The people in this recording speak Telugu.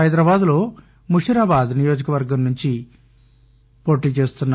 హైదరాబాద్లో ముషీరాబాద్ నియోజకవర్గం నుంచి పోటీ చేస్తున్నారు